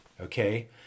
okay